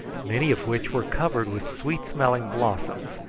many of which were covered with sweet smelling blossoms,